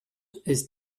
ist